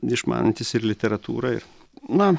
išmanantys ir literatūrą na